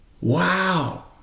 Wow